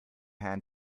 hand